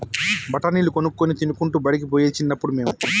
బఠాణీలు కొనుక్కొని తినుకుంటా బడికి పోయేది చిన్నప్పుడు మేము